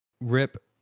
rip